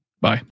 Bye